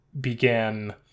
began